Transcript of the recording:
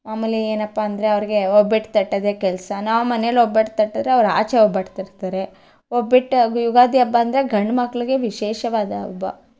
ಆಮೇಲೆ ಏನಪ್ಪ ಅಂದರೆ ಅವ್ರಿಗೆ ಒಬ್ಬಟ್ಟು ತಟ್ಟೋದೆ ಕೆಲಸ ನಾವು ಮನೆಯಲ್ಲಿ ಒಬ್ಬಟ್ಟು ತಟ್ಟಿದರೆ ಅವರು ಆಚೆ ಒಬ್ಬಟ್ಟು ತಟ್ತಾರೆ ಒಬ್ಬಟ್ಟು ಯುಗಾದಿ ಹಬ್ಬ ಅಂದರೆ ಗಂಡು ಮಕ್ಕಳಿಗೆ ವಿಶೇಷವಾದ ಹಬ್ಬ